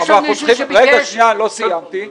יש פה מישהו שביקש --- רגע, אני לא סיימתי.